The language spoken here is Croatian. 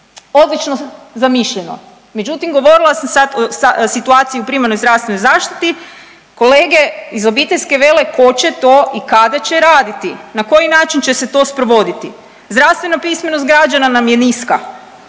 odlično zamišljeno međutim govorila sam o situaciji u primarnoj zdravstvenoj zaštiti. Kolege iz obiteljske vela tko će to i kada će raditi? Na koji način će se to sprovoditi? Zdravstvena pismenost građana nam je niska,